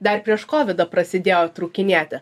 dar prieš kovidą prasidėjo trūkinėti